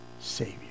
Savior